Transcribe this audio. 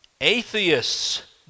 atheists